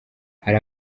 hari